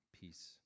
peace